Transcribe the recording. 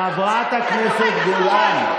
חברת הכנסת גולן,